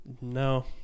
No